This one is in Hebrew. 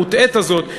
המוטעית הזאת,